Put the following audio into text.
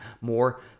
more